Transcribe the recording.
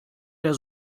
der